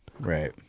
Right